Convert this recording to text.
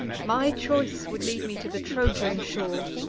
my choice would lead me to the trojan shore,